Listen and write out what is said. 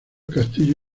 castillo